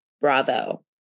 Bravo